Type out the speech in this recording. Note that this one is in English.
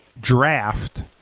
draft